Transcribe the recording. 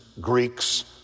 Greeks